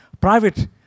private